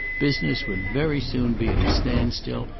business would very soon be at a standstill,